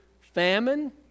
famine